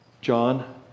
John